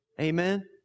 Amen